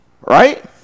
Right